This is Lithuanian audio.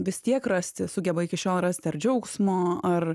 vis tiek rasti sugeba iki šiol rasti ar džiaugsmo ar